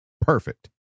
Perfect